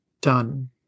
Done